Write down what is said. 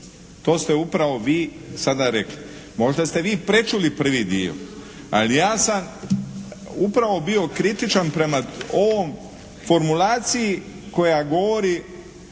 To ste upravo vi sada rekli. Možda ste vi prečuli prvi dio ali ja sam upravo bio kritičan prema formulaciji koja govori